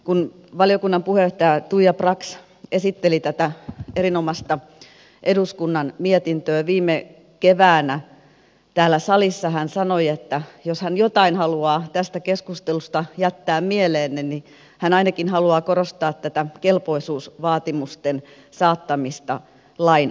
kun valiokunnan puheenjohtaja tuija brax esitteli tätä erinomaista eduskunnan mietintöä viime keväänä täällä salissa hän sanoi että jos hän jotain haluaa tästä keskustelusta jättää mieleenne niin hän ainakin haluaa korostaa tätä kelpoisuusvaatimusten saattamista lain tasalle